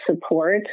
support